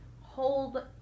hold